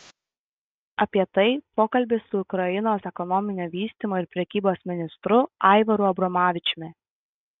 apie tai pokalbis su ukrainos ekonominio vystymo ir prekybos ministru aivaru abromavičiumi